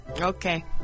okay